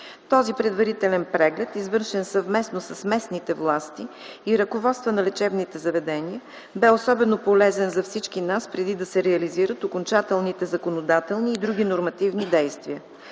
Този предварителен преглед, извършен съвместно с местните власти и ръководства на лечебните заведения, бе особено полезен за всички нас, преди да се реализират окончателните законодателни и други нормативни действия.